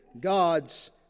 God's